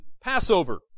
Passover